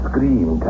Scream